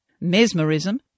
Mesmerism